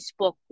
facebook